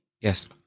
yes